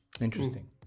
Interesting